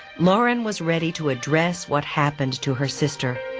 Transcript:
lore enwas ready to address what happened to her sister.